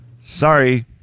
Sorry